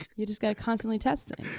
you just gotta constantly test things.